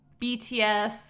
BTS